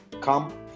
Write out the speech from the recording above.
come